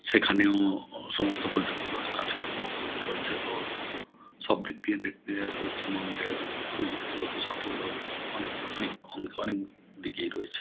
সেখানেও সমস্ত প্রযুক্তিগত কাজকর্ম চলছে তো সব দিক দিয়ে দেখতে পশ্চিমবঙ্গে প্রযুক্তিগত সাফল্য অনেক অনেক অনে অনেক দিকেই রয়েছে